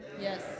Yes